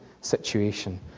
situation